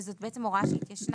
וזו בעצם הוראה שהתיישנה.